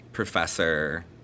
professor